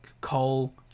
Cole